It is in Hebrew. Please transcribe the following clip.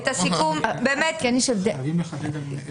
חייבים לחדד.